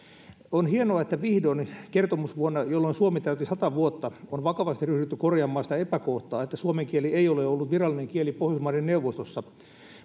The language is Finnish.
on hienoa että vihdoin kertomusvuonna jolloin suomi täytti sata vuotta on vakavasti ryhdytty korjaamaan sitä epäkohtaa että suomen kieli ei ole ollut virallinen kieli pohjoismaiden neuvostossa